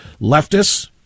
Leftists